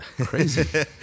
Crazy